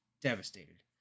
devastated